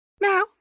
Now